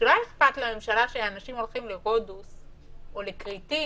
שלא אכפת לממשלה שאנשים הולכים לרודוס או לכרתים,